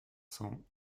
cents